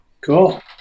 Cool